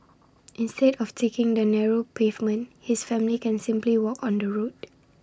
instead of taking the narrow pavement his family can simply walk on the road